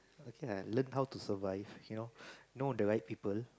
okay lah learn how to survive you know know the right people